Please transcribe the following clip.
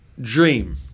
Dream